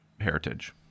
heritage